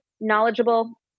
knowledgeable